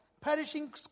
Perishing